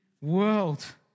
world